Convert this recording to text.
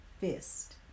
fist